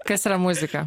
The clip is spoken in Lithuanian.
kas yra muzika